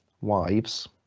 wives